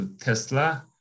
Tesla